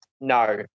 No